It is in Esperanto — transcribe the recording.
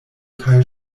kaj